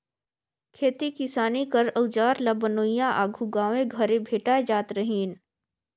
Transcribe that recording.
खेती किसानी कर अउजार ल बनोइया आघु गाँवे घरे भेटाए जात रहिन